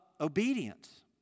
obedience